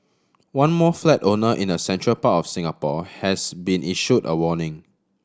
one more flat owner in the central part of Singapore has been issued a warning